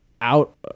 out